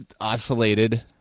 oscillated